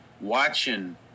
watching